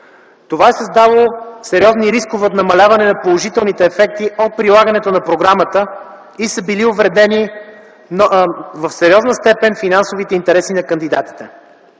което е създавало сериозни рискове от намаляване на положителните ефекти от прилагането на програмата и са били увредени в сериозна степен финансовите интереси на кандидатите.